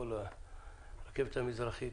הרכבת המזרחית.